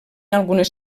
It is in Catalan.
algunes